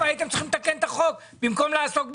הייתם צריכים לתקן את החוק במקום לעסוק בגיור.